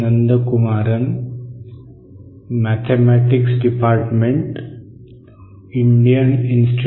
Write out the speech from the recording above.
नमस्कार